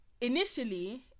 initially